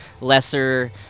lesser